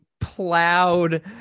plowed